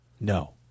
No